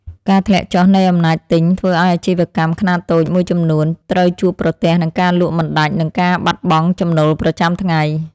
ការធ្លាក់ចុះនៃអំណាចទិញធ្វើឱ្យអាជីវកម្មខ្នាតតូចមួយចំនួនត្រូវជួបប្រទះនឹងការលក់មិនដាច់និងការបាត់បង់ចំណូលប្រចាំថ្ងៃ។